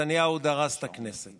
נתניהו דרס את הכנסת